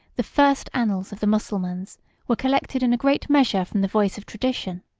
the first annals of the mussulmans were collected in a great measure from the voice of tradition.